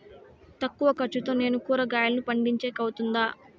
తక్కువ ఖర్చుతో నేను కూరగాయలను పండించేకి అవుతుందా?